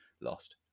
lost